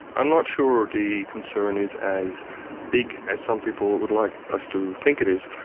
i'm not sure the concern is as big as some people would like us to think it is,